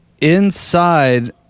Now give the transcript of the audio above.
inside